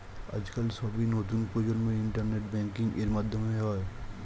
আজকাল সবই নতুন প্রজন্মের ইন্টারনেট ব্যাঙ্কিং এর মাধ্যমে হয়